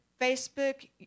Facebook